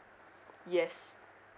yes